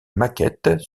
maquettes